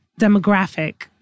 demographic